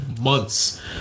months